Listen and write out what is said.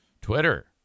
Twitter